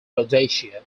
rhodesia